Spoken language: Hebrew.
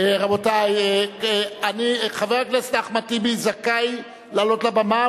רבותי, חבר הכנסת אחמד טיבי זכאי לעלות לבמה.